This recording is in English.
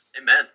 Amen